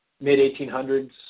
mid-1800s